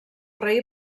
rei